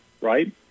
Right